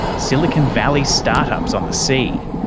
silicon valley start-ups on the sea.